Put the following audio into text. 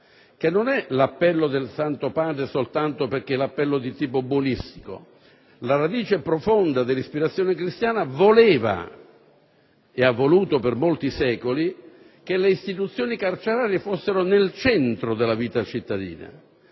non è l'appello del Santo Padre soltanto perché è di tipo buonistico; la radice profonda dell'ispirazione cristiana - voleva e ha voluto per molti secoli - che le istituzioni carcerarie fossero nel centro della vita cittadina,